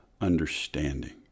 understanding